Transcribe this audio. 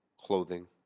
clothing